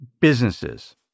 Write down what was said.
businesses